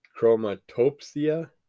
chromatopsia